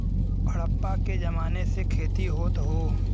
हड़प्पा के जमाने से खेती होत हौ